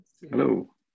Hello